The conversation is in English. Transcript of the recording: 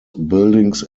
buildings